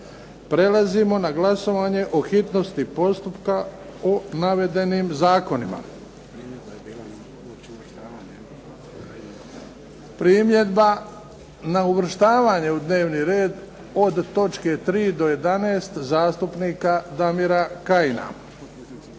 Prelazimo na glasovanje o hitnosti postupka o navedenim zakonima. Primjedba na uvrštavanje u dnevni red od točke 3. do 11. zastupnika Damira Kajina.